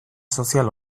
sozial